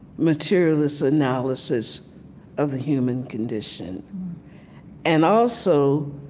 materialist analysis of the human condition and also,